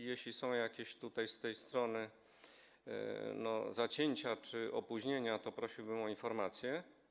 A jeśli są jakieś z tej strony zacięcia czy opóźnienia, to prosiłbym o informację.